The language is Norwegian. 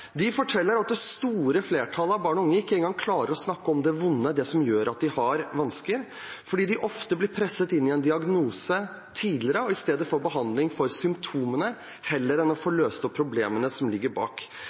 De forteller at det store flertallet av barn og unge ikke engang klarer å snakke om det vonde, det som gjør at de har vansker. De blir ofte presset inn i en diagnose tidligere – i stedet for behandling av symptomene – heller enn å få løst opp problemene som ligger bak.